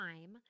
time